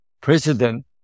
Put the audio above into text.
president